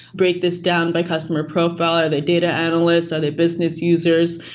break this down by customer profile are they data analysts, are they business users,